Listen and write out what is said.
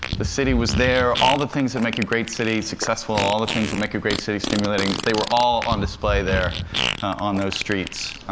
the city was there. all the things that make a great city successful and all the things that make a great city stimulating they were all on display there on those streets.